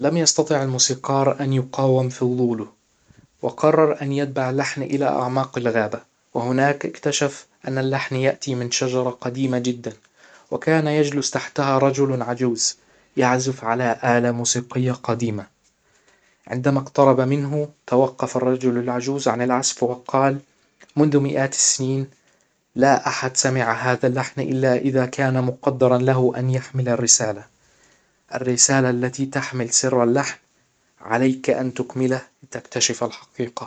لم يستطع الموسيقار ان يقاوم فظوله وقرر ان يتبع اللحن الى اعماق الغابة، وهناك اكتشف ان اللحن يأتي من شجرة قديمة جدا وكان يجلس تحتها رجل عجوز يعزف على آلة موسيقية قديمة عندما اقترب منه توقف الرجل العجوز عن العزف وقال: منذ مئات السنين لا احد سمع هذا اللحن الا اذا كان مقدرا له ان يحمل الرسالة الرسالة التي تحمل سر اللحن عليك ان تكمله لتكتشف الحقيقة